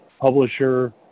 publisher